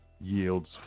yields